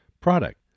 Product